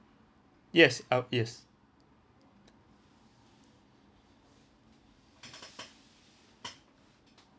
yes ah yes